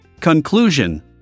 Conclusion